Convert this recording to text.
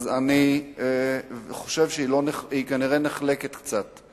אז אני חושב שהיא כנראה נחלקת קצת.